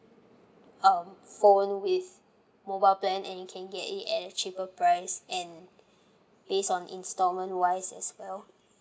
um phone with mobile plan and you can get it at a cheaper price and based on instalment wise as well